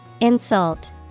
Insult